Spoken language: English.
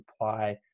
apply